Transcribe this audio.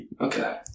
Okay